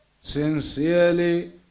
sincerely